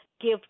give